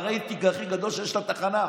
זה הרייטינג הכי גדול שיש לתחנה.